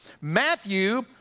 Matthew